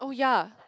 uh ya